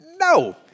no